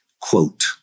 Quote